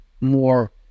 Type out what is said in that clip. more